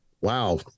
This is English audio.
wow